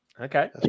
Okay